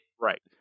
Right